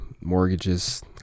mortgages